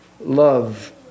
love